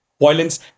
Violence